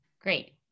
Great